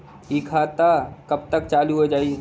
इ खाता कब तक चालू हो जाई?